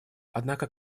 однако